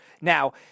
Now